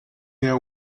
their